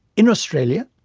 in australia,